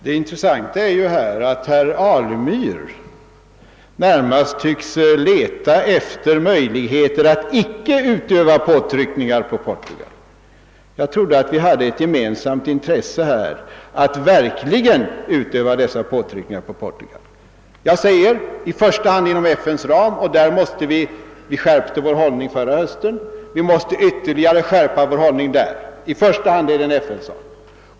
Herr talman! Det intressanta är ju att herr Alemyr närmast tycks leta efter skäl att icke utöva påtryckningar på Portugal. Jag trodde att vi hade ett gemensamt intresse av att verkligen utöva sådana påtryckningar. Det bör i första hand ske inom FN:s ram, där vi skärpte vår hållning förra hösten och där vi måste skärpa den ytterligare.